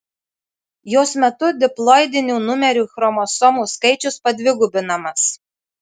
jos metu diploidinių numerių chromosomų skaičius padvigubinamas